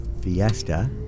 Fiesta